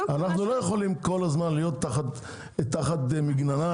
אנחנו לא יכולים כל הזמן להיות תחת מגננה